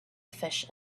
fish